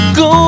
go